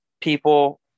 people